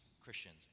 Christians